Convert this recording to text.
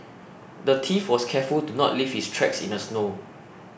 the thief was careful to not leave his tracks in the snow